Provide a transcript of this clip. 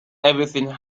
everything